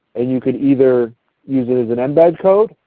and you could either use it as an embed code,